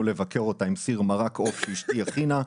לבקר אותה עם סיר מרק עוף שאשתי הכינה.